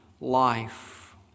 life